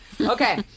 Okay